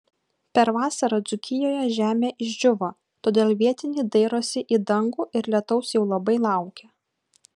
per vasarą dzūkijoje žemė išdžiūvo todėl vietiniai dairosi į dangų ir lietaus jau labai laukia